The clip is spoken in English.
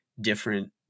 different